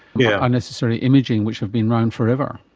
yeah unnecessary imaging which have been around forever?